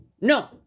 No